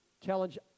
challenge